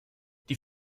die